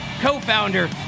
co-founder